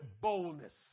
boldness